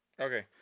Okay